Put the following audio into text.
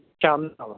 ਚਰਨ ਦਾ ਵਾ